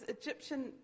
Egyptian